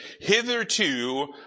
Hitherto